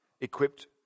equipped